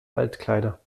altkleider